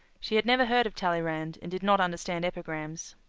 she had never heard of tallyrand and did not understand epigrams.